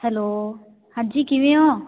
hello ਹਾਂਜੀ ਕਿਵੇਂ ਹੋ